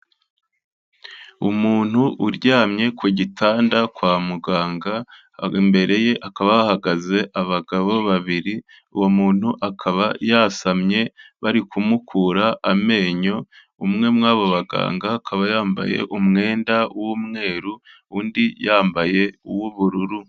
Umuntu uryamye ku gitanda kwa muganga, imbere ye hakaba hahagaze abagabo babiri, uwo muntu akaba yasamye bari kumukura amenyo, umwe muri abo baganga akaba yambaye umwenda w'umweru, undi yambaye uw'ubururu.